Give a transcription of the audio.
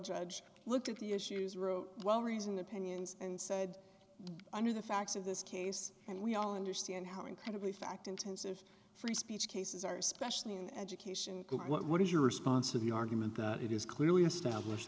judge looked at the issues wrote well reasoned opinions and said under the facts of this case and we all understand how incredibly fact intensive free speech cases are especially in education what is your response to the argument that it is clearly established